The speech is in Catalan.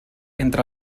entre